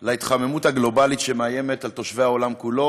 להתחממות הגלובלית שמאיימת על תושבי העולם כולו,